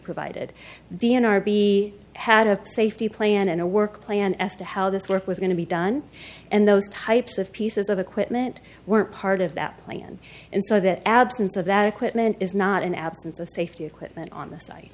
provided d n r be had a safety plan and a work plan as to how this work was going to be done and those types of pieces of equipment were part of that plan and so that absence of that equipment is not an absence of safety equipment on the site